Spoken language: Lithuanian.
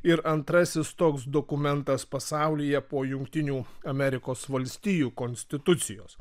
ir antrasis toks dokumentas pasaulyje po jungtinių amerikos valstijų konstitucijos